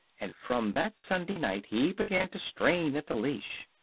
and from that sunday night he began to strain at the leash.